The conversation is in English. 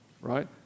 right